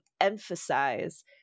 emphasize